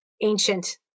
ancient